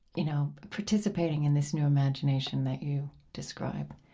you know, participating in this new imagination that you describe